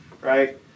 right